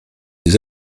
des